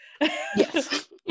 yes